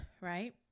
right